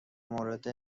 مورد